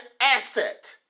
asset